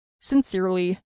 Sincerely